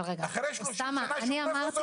אחרי 30 שנה שהוא פרופסור.